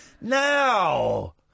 Now